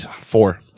four